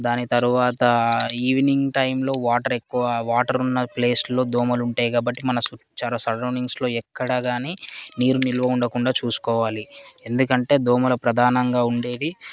దాని తరువాత ఈవెనింగ్ టైమ్లో వాటర్ ఎక్కువ వాటర్ ఉన్న ప్లేసులో దోమలు ఉంటాయి కాబట్టి మన మన చా సరౌండింగ్స్లో ఎక్కడా కాని నీరు నిల్వ ఉండకుండా చూసుకోవాలి ఎందుకంటే దోమలు ప్రధానంగా ఉండేది